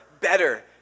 better